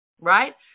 right